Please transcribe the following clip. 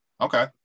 Okay